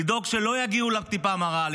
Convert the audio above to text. לדאוג שלא יגיעו לטיפה המרה,